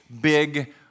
big